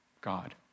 God